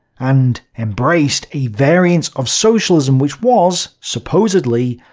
and embraced a variant of socialism which was, supposedly,